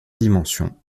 dimensions